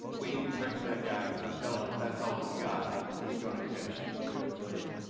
and we need to pray for that guy cause i'm telling you, if that's all he's got, he's gonna catch the real thing.